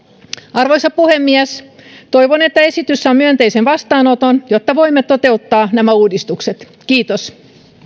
arvoisa puhemies toivon että esitys saa myönteisen vastaanoton jotta voimme toteuttaa nämä uudistukset kiitos